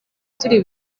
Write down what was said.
turi